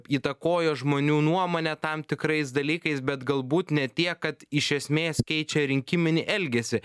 įtakojo žmonių nuomonę tam tikrais dalykais bet galbūt ne tiek kad iš esmės keičia rinkiminį elgesį